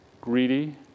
greedy